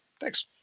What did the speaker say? Thanks